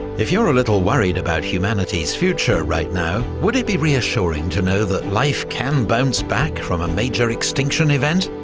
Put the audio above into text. if you're a little worried about humanity's future right now, would it be reassuring to know that life can bounce back from a major extinction event?